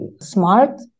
smart